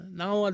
now